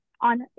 on